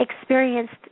experienced